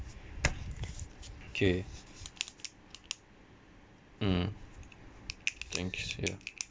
okay mm things ya